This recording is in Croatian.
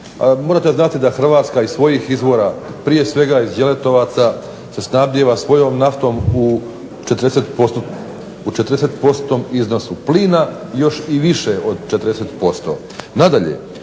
Morate znati da Hrvatska iz svojih izvora, prije svega iz Đeletovaca se snabdijeva svojom naftom u 40%-tnom iznosu, plina još i više od 40%.